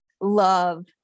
love